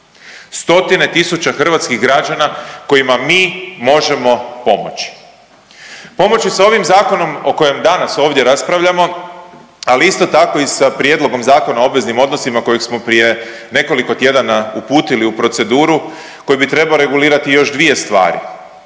Stotine tisuća hrvatskih građana kojima mi možemo pomoći. Pomoći sa ovim zakonom o kojem danas ovdje raspravljamo ali isto tako i sa prijedlogom Zakona o obveznim odnosima kojeg smo prije nekoliko tjedana uputili u proceduru koji bi trebao regulirati još dvije stvari.